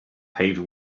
paved